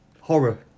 horror